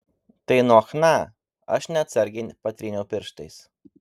tai nuo chna aš neatsargiai patryniau pirštais